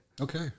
Okay